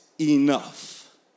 enough